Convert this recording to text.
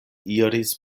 iris